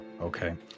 Okay